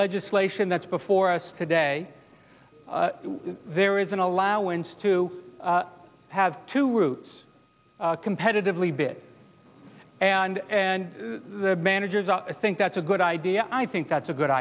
legislation that's before us today there is an allowance to have two routes competitively bid and and the managers out i think that's a good idea i think that's a good